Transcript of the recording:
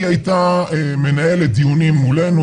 היא הייתה מנהלת דיונים מולנו,